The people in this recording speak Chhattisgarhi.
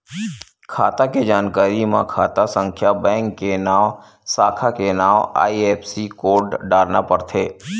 खाता के जानकारी म खाता संख्या, बेंक के नांव, साखा के नांव, आई.एफ.एस.सी कोड डारना परथे